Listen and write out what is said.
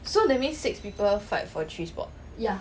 so that means six people fight for three spot